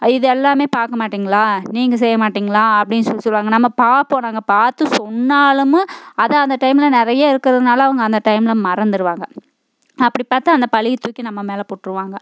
இதை எல்லாமே பார்க்க மாட்டிங்களா நீங்கள் செய்ய மாட்டிங்களா அப்படின்னு சொல்லி சொல்வாங்க நம்ம பார்ப்போம் நாங்கள் பார்த்து சொன்னாலும் அதை அந்த டைமில் நிறையா இருக்கிறதுனால அவங்க அந்த டைமில் மறந்துடுவாங்க அப்படி பார்த்து அந்த பழிய தூக்கி நம்ம மேலே போட்டுருவாங்க